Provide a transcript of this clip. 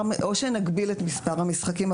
אז או שנגביל את מספר המשחקים,